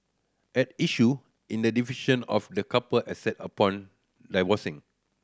at issue in the division of the couple asset upon divorcing